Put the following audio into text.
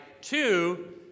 two